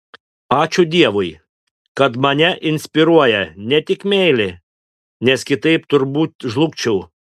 ačiū dievui kad mane inspiruoja ne tik meilė nes kitaip turbūt žlugčiau